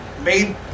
made